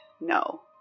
no